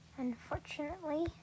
Unfortunately